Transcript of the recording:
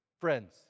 Friends